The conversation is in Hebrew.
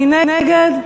מי נגד?